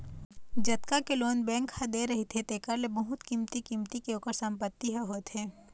जतका के loan bank ह दे रहिथे तेखर ले बहुत कमती कीमत के ओखर संपत्ति ह होथे